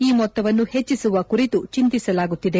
ಈ ಮೊತ್ತವನ್ನು ಹೆಚ್ಚಿಸುವ ಕುರಿತು ಚಿಂತಿಸಲಾಗುತ್ತಿದೆ